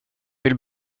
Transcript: vill